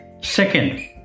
Second